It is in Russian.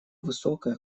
высокая